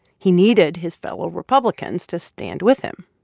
he needed his fellow republicans to stand with him.